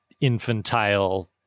infantile